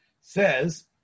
says